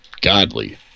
godly